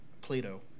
Plato